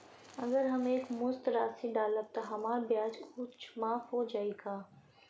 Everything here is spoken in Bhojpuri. अगर हम एक मुस्त राशी डालब त हमार ब्याज कुछ माफ हो जायी का?